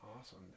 awesome